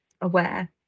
aware